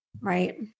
Right